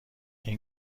این